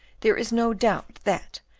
there is no doubt that,